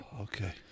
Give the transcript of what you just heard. okay